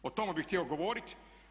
O tomu bih htio govoriti.